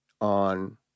on